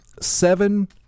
seven